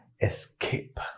escape